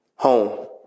Home